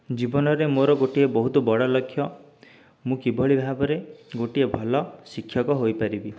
ଜୀବନରେ ମୋର ଗୋଟିଏ ବହୁତ ବଡ଼ ଲକ୍ଷ୍ୟ ମୁଁ କିଭଳି ଭାବରେ ଗୋଟିଏ ଭଲ ଶିକ୍ଷକ ହୋଇପାରିବି